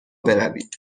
بروید